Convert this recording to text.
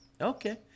okay